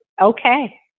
okay